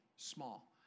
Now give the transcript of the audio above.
small